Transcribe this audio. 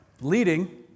leading